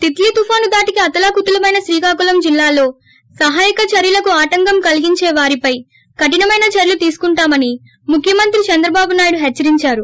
తిల్లీ తుపాను ధాటికి అతలాకుతలమైన శ్రీకాకుళం జిల్లాలో సహాయక చర్యలకు ఆటంకం కలిగించే వారిపై కరినమైన చర్యలు తీసుకుంటామని ముఖ్యమంత్రి చంద్రబాబు నాయుడు హెచ్చరించారు